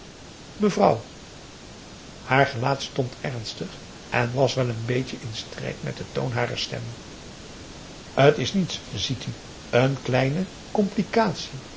mevrouw haar gelaat stond ernstig en was wel een beetje in strijd met den toon harer stem het is niets ziet u n kleine complicatie